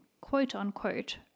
quote-unquote